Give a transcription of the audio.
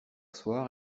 soir